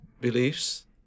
beliefs